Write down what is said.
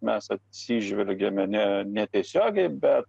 mes atsižvelgiame ne ne netiesiogiai bet